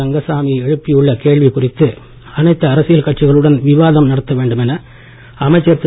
ரங்கசாமி எழுப்பியுள்ள கேள்வி குறித்து அனைத்து அரசியல் கட்சிகளுடன் விவாதம் நடத்தவேண்டுமென அமைச்சர் திரு